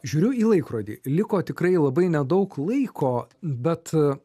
žiūriu į laikrodį liko tikrai labai nedaug laiko bet